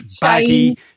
baggy